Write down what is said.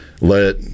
let –